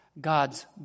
God's